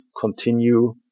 continue